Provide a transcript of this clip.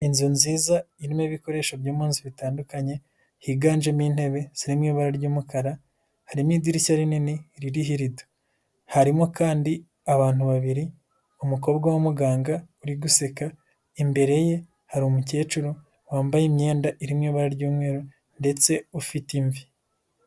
Inzu nziza, irimo ibikoresho byo mu nzu bitandukanye, higanjemo intebe ziri mu ibara ry'umukara, harimo idirishya rinini, ririho irido, harimo kandi abantu babiri, umukobwa w'umuganga uri guseka, imbere ye hari umukecuru, wambaye imyenda irimo ibara ry'umweru ndetse ufite imvi.